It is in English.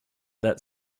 that